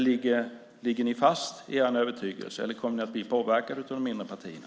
Ligger ni fast i er övertygelse, eller kommer ni att bli påverkade av de mindre partierna?